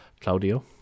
Claudio